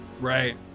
right